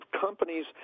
companies